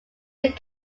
that